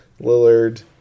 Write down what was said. Lillard